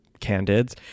candids